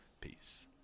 Peace